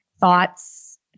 thoughts